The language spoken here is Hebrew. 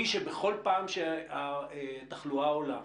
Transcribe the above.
היא שבכל פעם כאשר התחלואה עולה,